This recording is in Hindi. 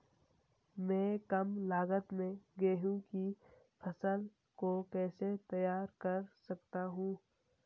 मैं कम लागत में गेहूँ की फसल को कैसे तैयार कर सकता हूँ?